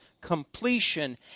completion